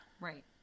right